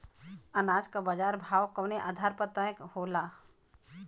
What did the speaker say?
अनाज क बाजार भाव कवने आधार पर तय होला?